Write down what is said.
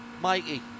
mikey